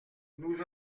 nous